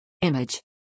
Image